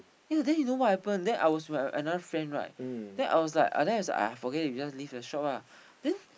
ya then you know what happen then I was with my another friend right then I was like then is like !aiya! forget it we just leave the shop ah then ya then you know what happen